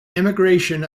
emigration